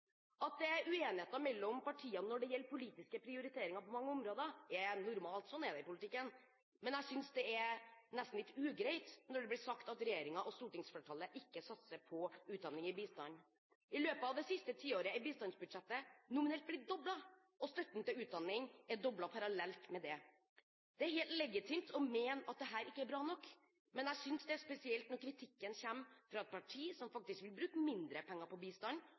At det er uenigheter mellom partiene når det gjelder politiske prioriteringer på mange områder, er normalt. Sånn er det i politikken. Men jeg synes det er nesten litt ugreit når det blir sagt at regjeringen og stortingsflertallet ikke satser på utdanning i bistanden. I løpet av det siste tiåret er bistandsbudsjettet nominelt blitt doblet, og støtten til utdanning er doblet parallelt med det. Det er helt legitimt å mene at dette ikke er bra nok, men jeg synes det er spesielt når kritikken kommer fra et parti som faktisk vil bruke mindre penger på bistand,